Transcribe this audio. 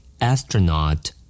Astronaut